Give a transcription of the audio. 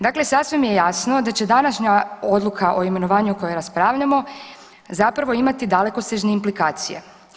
Dakle, sasvim je jasno da će današnja odluka o imenovanju o kojoj raspravljamo zapravo imati dalekosežne implikacije.